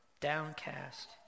downcast